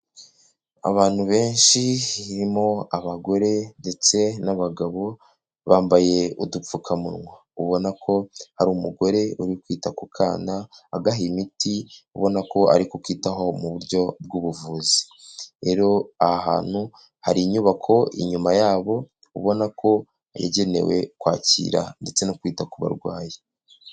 Abantu benshi harimo abagore ndetse n'abagabo bambaye udupfukamunwa, ubona ko hari umugore uri kwita ku kana agaha imiti ubona ko ari kukitaho mu buryo bw'ubuvuzi, rero aha hantu hari inyubako inyuma yabo ubona ko yagenewe kwakira ndetse no kwita ku barwayi.